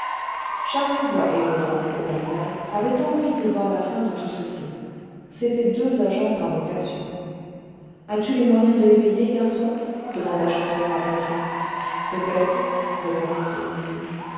charlevoy et laurent au contraire avaient envie de voir la fin de tout ceci c'étaient deux agents par vocation as-tu les moyens de l'éveiller garçon demanda jean pierre à patou peut-être répondit celui-ci